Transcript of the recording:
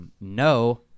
No